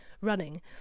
running